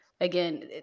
again